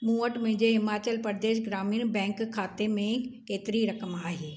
मूं वटि मुंहिंजे हिमाचल प्रदेश ग्रामीण बैंक खाते में केतिरी रक़म आहे